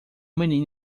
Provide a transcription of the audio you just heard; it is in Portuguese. menino